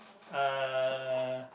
uh